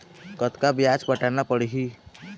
कतका ब्याज पटाना पड़ही?